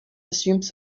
assumes